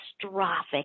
catastrophic